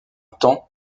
temps